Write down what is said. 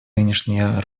нынешние